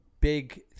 big